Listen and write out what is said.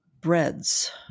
breads